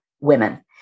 women